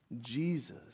Jesus